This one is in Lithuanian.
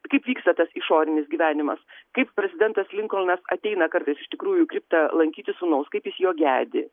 kaip vyksta tas išorinis gyvenimas kaip prezidentas linkolnas ateina kartais iš tikrųjų į kriptą lankyti sūnaus kaip jis jo gedi